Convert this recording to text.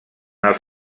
els